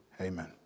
amen